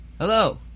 Hello